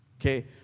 Okay